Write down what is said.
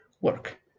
work